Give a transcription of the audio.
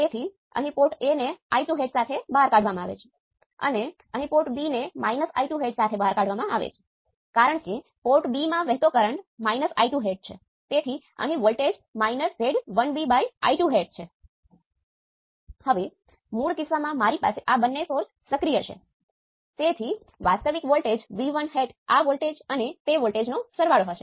તેથી જો મારી પાસે ફીડબેક હોઈ શકે છે